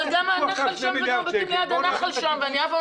גם הנחל שם וגם הבתים ליד הנחל שם ואני אף פעם